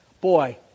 Boy